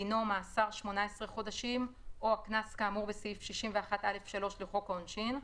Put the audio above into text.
דינו מאסר 18 חודשים או הקנס כאמור בסעיף 61(א)(3) לחוק העונשין,